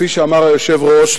כפי שאמר היושב-ראש,